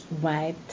white